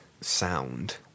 sound